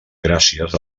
gràcies